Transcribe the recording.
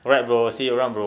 alright bro see you around bro